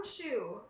shoe